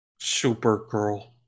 Supergirl